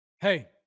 Hey